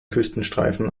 küstenstreifen